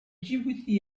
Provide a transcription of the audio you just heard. djibouti